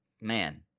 man